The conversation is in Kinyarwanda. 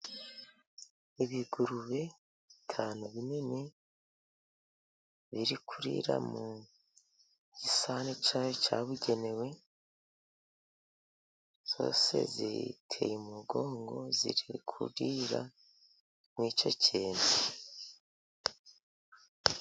Ibigurube bitanu binini, biri kurira mu gisahani cyazo cyabugenewe, zose ziteye umugongo ziri kurira muri icyo kintu.